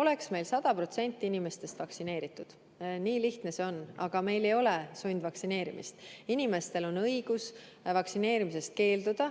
oleks meil 100% inimestest vaktsineeritud. Nii lihtne see on. Aga meil ei ole sundvaktsineerimist. Inimestel on õigus vaktsineerimisest keelduda